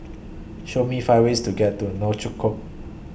Show Me five ways to get to Nouakchott